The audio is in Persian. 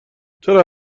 چرا